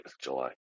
July